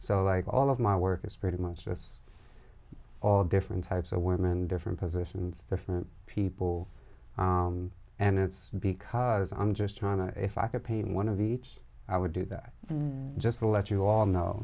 so like all of my work is pretty much just all different types of women different positions different people and it's because i'm just trying to if i could paint one of each i would do that just to let you all know